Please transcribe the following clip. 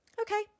Okay